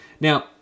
Now